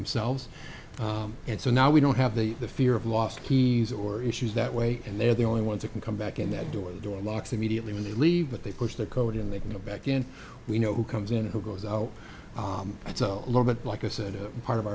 themselves and so now we don't have the the fear of lost keys or issues that way and they're the only ones that can come back in that door the door locks immediately when they leave but they push the code in they can go back and we know who comes in who goes out that's a little bit like a set of part of